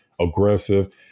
aggressive